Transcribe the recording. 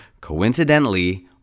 coincidentally